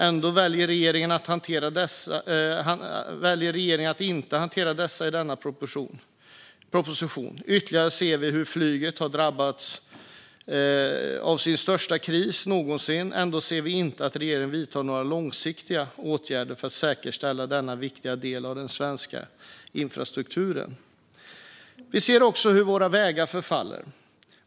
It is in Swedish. Ändå väljer regeringen att inte hantera dessa i denna proposition. Vidare ser vi hur flyget har drabbats av sin största kris någonsin. Ändå ser vi inte att regeringen vidtar några långsiktiga åtgärder för att säkerställa denna viktiga del av den svenska infrastrukturen. Vi ser också hur våra vägar förfaller.